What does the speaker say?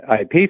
IP